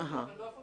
אבל באופן